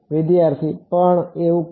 વિદ્યાર્થી પણ એવું કેમ